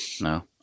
No